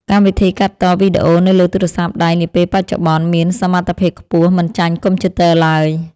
កម្មវិធីកាត់តវីដេអូនៅលើទូរស័ព្ទដៃនាពេលបច្ចុប្បន្នមានសមត្ថភាពខ្ពស់មិនចាញ់កុំព្យូទ័រឡើយ។